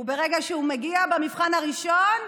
וברגע שהוא מגיע, במבחן הראשון: